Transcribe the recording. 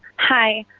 hi.